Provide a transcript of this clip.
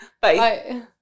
Bye